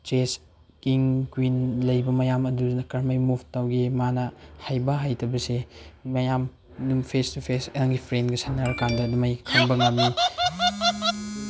chess king queen ꯂꯩꯕ ꯃꯌꯥꯝ ꯑꯗꯨꯅ ꯀꯔꯝꯃꯥꯏꯅ ꯃꯨꯞ ꯇꯧꯒꯦ ꯃꯥꯅ ꯍꯩꯕ ꯍꯩꯇꯕꯁꯦ ꯃꯌꯥꯝ ꯑꯗꯨꯝ ꯐꯦꯁ ꯇꯨ ꯐꯦꯁ ꯅꯪꯒꯤ ꯐ꯭ꯔꯦꯟꯒ ꯁꯥꯟꯅꯔ ꯀꯥꯟꯗ ꯑꯗꯨꯃꯥꯏꯅ ꯈꯪꯕ ꯉꯝꯃꯤ